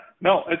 No